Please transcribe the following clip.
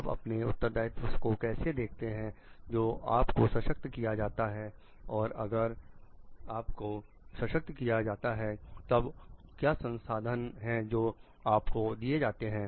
आप अपने उत्तरदायित्व को कैसे देखते हैं जो आप को सशक्त किया जाता है और अगर आपको सशक्त किया जाता है तब क्या संसाधन हैं जो आपको दिए जाते हैं